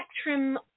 spectrum